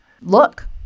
look